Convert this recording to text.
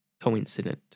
coincident